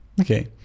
okay